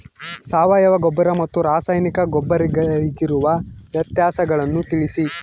ಸಾವಯವ ಗೊಬ್ಬರ ಮತ್ತು ರಾಸಾಯನಿಕ ಗೊಬ್ಬರಗಳಿಗಿರುವ ವ್ಯತ್ಯಾಸಗಳನ್ನು ತಿಳಿಸಿ?